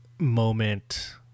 moment